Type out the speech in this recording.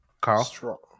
Carl